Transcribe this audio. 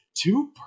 Two